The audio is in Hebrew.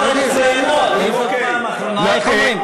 בצורה מכובדת, למה לגמור ככה?